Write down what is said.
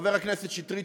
חבר הכנסת שטרית,